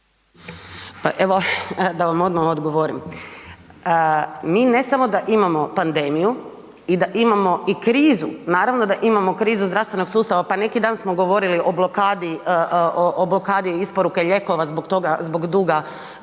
evo da vam odmah odgovorim. Mi ne samo da imamo pandemiju i da imamo i krizu, naravno da imamo krizu zdravstvenog sustava, pa neki dan smo govorili o blokadi isporuke lijekova zbog duga bolnica